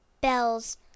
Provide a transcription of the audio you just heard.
bells